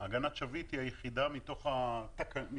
מעגנת שביט היא היחידה מתוך המעגנות,